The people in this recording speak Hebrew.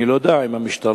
אני לא יודע אם המשטרה,